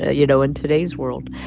ah you know, in today's world.